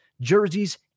jerseys